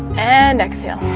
and exhale